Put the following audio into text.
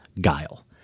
guile